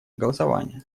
голосования